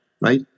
right